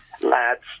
lads